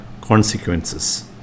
consequences